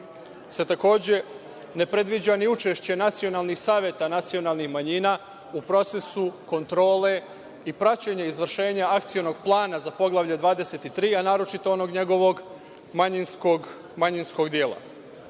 se, takođe, ne predviđa ni učešće nacionalnih saveta nacionalnih manjina u procesu kontrole i praćenja izvršenja Akcionog plana za poglavlje 23, a naročito onog njegovog manjinskog dela. Kada